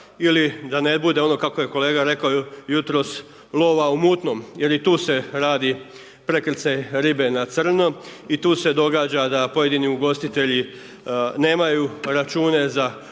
ili da ne bude ono kako je kolega rekao, jutros lova u mutnom, jer i tu se radi prekrcaj ribe na crno i tu se događa da pojedini ugostitelji nemaju račune za